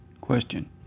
question